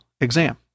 exam